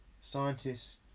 scientists